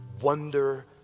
wonder